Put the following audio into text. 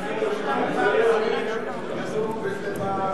אפשר להפוך את זה להצעה לסדר-היום וידונו בזה.